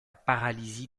paralysie